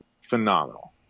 phenomenal